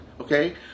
okay